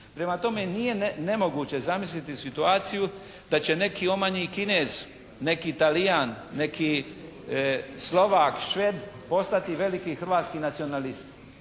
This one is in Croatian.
Prema tome nije nemoguće zamisliti situaciju da će neki omanji Kinez, neki Talijan, neki Slovak, Šveb, postati veliki hrvatski nacionalista.